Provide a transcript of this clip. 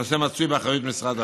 הנושא מצוי באחריות משרד הבריאות.